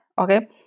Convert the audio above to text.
okay